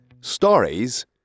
stories